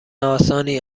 آسانی